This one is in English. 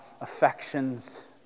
affections